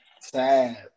Sad